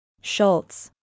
Schultz